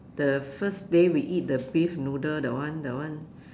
the first day we eat the beef noodle that one that one